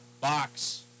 box